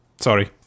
Sorry